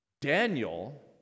Daniel